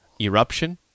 eruption